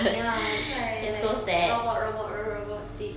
ya that's why like robot robot ro~ robotic